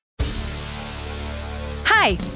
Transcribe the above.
Hi